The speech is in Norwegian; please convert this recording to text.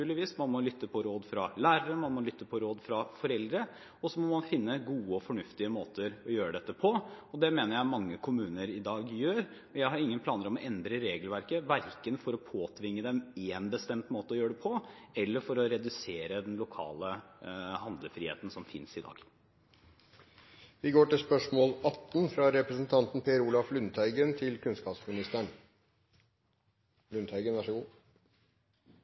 må man finne gode og fornuftige måter å gjøre dette på, og det mener jeg mange kommuner i dag gjør. Jeg har ingen planer om å endre regelverket, verken for å påtvinge dem én bestemt måte å gjøre det på eller for å redusere den lokale handlefriheten som finnes i dag. «Sandefjord kommune har innført regler hvor de pålegger lærerne å lage egne målstyringsskjema på elevene. Lærerne har reagert på dette pålegget og risikerer nå reprimande fra